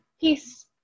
peace